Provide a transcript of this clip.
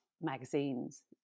magazines